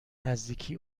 نزدیکی